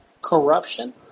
corruption